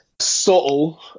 subtle